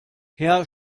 herr